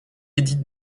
édite